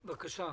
בבקשה.